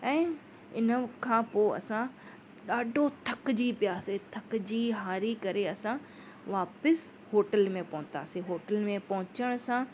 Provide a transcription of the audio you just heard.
ऐं इनखां पोइ असां ॾाढो थकिजी पियासीं थकिजी हारी करे असां वापसि होटल में पहुतासी होटल में पहुंचण सां